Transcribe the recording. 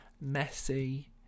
messy